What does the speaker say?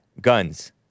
guns